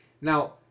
Now